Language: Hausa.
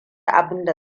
abinda